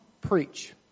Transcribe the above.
preach